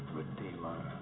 redeemer